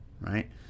Right